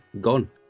gone